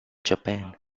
japan